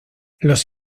los